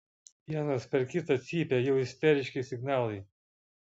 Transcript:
vienas per kitą cypia jau isteriški signalai